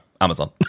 Amazon